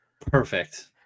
perfect